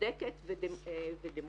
צודקת ודמוקרטית.